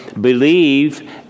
believe